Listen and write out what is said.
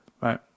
right